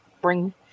bring